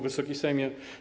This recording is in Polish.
Wysoki Sejmie!